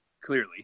clearly